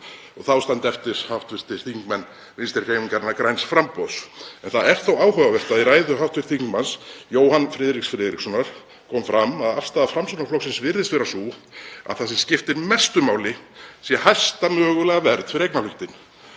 og þá standa eftir hv. þingmenn Vinstrihreyfingarinnar – græns framboðs. En það er þó áhugavert að í ræðu hv. þm. Jóhanns Friðriks Friðrikssonar kom fram að afstaða Framsóknarflokksins virðist vera sú að það sem skipti mestu máli sé hæsta mögulega verð fyrir eignarhlutinn.